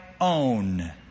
own